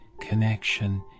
connection